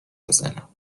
بزنم